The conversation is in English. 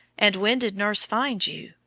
and when did nurse find you?